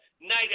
Night